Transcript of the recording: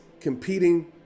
competing